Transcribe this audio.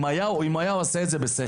אם הוא היה עושה את זה בשכל,